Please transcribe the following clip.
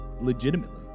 legitimately